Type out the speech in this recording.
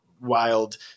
wild